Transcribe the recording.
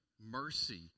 mercy